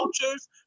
cultures